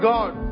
God